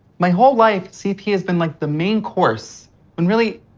my whole life, cp has been, like, the main course when, really,